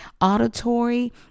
auditory